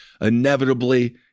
inevitably